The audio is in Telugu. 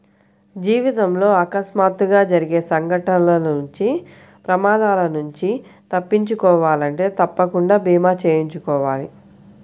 జీవితంలో అకస్మాత్తుగా జరిగే సంఘటనల నుంచి ప్రమాదాల నుంచి తప్పించుకోవాలంటే తప్పకుండా భీమా చేయించుకోవాలి